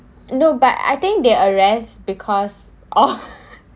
no but I think they arrest because oh